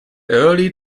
early